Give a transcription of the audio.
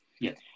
Yes